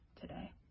today